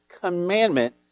commandment